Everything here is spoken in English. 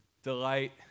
Delight